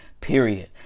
Period